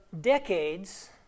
decades